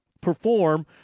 perform